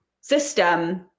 system